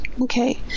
okay